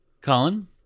Colin